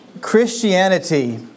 Christianity